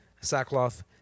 sackcloth